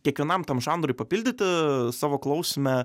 kiekvienam tam žanrui papildyti savo klausime